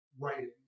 writing